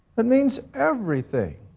that means everything,